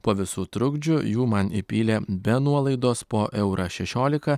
po visų trukdžių jų man įpylė be nuolaidos po eurą šešiolika